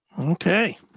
Okay